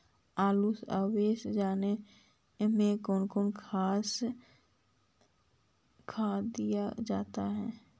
आलू ओवर जाने में कौन कौन सा खाद दिया जाता है?